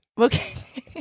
Okay